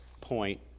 point